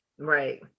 right